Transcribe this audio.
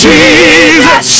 Jesus